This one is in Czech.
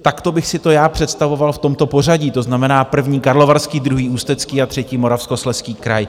Takto bych si to já představoval v tomto pořadí, to znamená první Karlovarský, druhý Ústecký a třetí Moravskoslezský kraj.